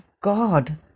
God